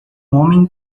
homem